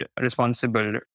responsible